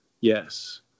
Yes